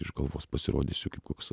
iš galvos pasirodysiu kaip koks